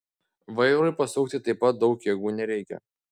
vairui pasukti taip pat daug jėgų nereikia